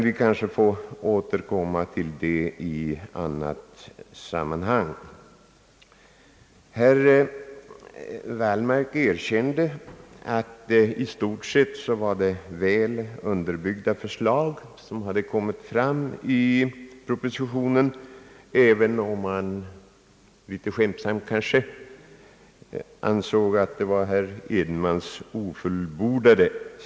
Vi kanske får tillfälle att återkomma till den saken i annat sammanhang. Herr Wallmark erkände att det i stort sett var väl underbyggda förslag som lagts fram i propositionen, även om han, kanske litet skämtsamt, ansåg att propositionen var »herr Edenmans ofullbordade».